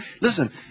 listen